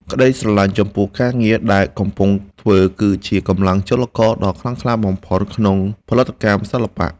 ក្តីស្រលាញ់ចំពោះការងារដែលកំពុងធ្វើគឺជាកម្លាំងចលករដ៏ខ្លាំងក្លាបំផុតក្នុងផលិតកម្មសិល្បៈ។